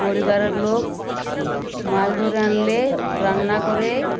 পরিবারের লোক মাছ ধরে আনলে রান্না করে